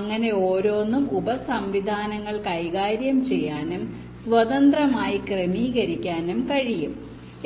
അങ്ങനെ ഓരോന്നും ഉപസംവിധാനങ്ങൾ കൈകാര്യം ചെയ്യാനും സ്വതന്ത്രമായി ക്രമീകരിക്കാനും കഴിയും